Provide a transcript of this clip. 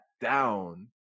down